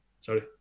Sorry